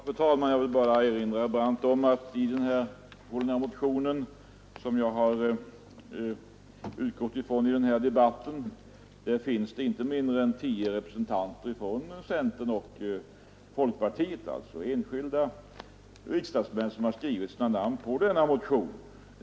Fru talman! Jag vill bara erinra herr Brandt om att under den motion som jag utgått ifrån i den här debatten har inte mindre än tio enskilda riksdagsmän från centern och folkpartiet skrivit sina namn.